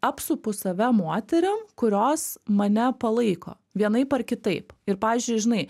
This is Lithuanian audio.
apsupu save moterim kurios mane palaiko vienaip ar kitaip ir pavyzdžiui žinai